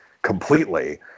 completely